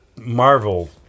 Marvel